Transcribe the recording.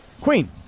Queen